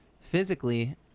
physically